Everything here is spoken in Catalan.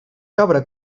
cabra